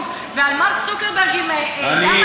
ועל מארק צוקרברג עם דם על הידיים,